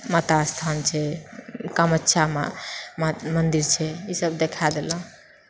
माता अस्थान छै कामख्या माँ मन्दिर छै ई सब देखाय देलौं